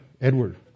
Edward